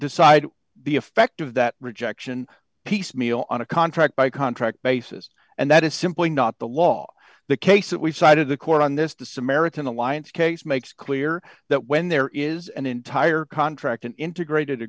decide the effect of that rejection piecemeal on a contract by contract basis and that is simply not the law the case that we've cited the court on this the samaritan alliance case makes clear that when there is an entire contract an integrated